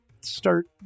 start